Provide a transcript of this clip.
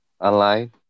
online